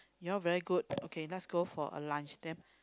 you all very good okay let's go for a lunch then